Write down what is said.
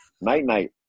Night-night